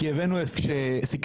כי הבאנו תקציבים?